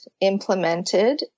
implemented